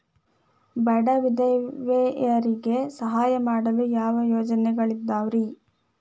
ಬಡ ವಿಧವೆಯರಿಗೆ ಸಹಾಯ ಮಾಡಲು ಯಾವ ಯೋಜನೆಗಳಿದಾವ್ರಿ?